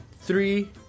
three